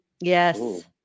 Yes